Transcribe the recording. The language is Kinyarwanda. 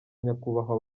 nyakubahwa